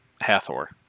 Hathor